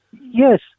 Yes